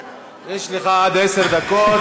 יש לך עד עשר דקות.